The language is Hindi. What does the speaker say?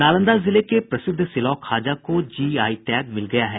नालंदा जिले के प्रसिद्ध सिलाव खाजा को जीआई टैग मिल गया है